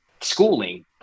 schooling